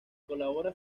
colabora